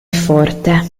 forte